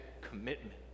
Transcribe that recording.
commitment